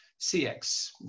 CX